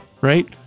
right